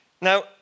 Now